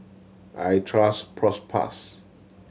I trust Propass